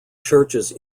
churches